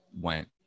went